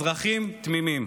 אזרחים תמימים.